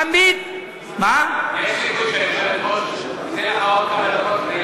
יש סיכוי שהיושבת-ראש תיתן לך עוד כמה